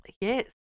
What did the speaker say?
Yes